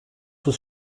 was